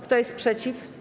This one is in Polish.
Kto jest przeciw?